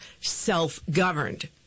self-governed